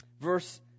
Verse